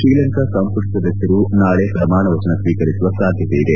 ಶ್ರೀಲಂಕಾ ಸಂಪುಟ ಸದಸ್ಯರು ನಾಳೆ ಪ್ರಮಾಣ ವಚನ ಸ್ವೀಕರಿಸುವ ಸಾಧ್ಯತೆಯಿದೆ